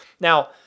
Now